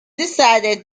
decided